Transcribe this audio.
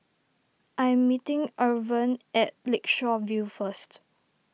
I am meeting Irven at Lakeshore View first